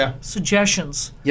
suggestions